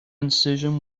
incision